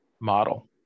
model